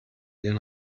den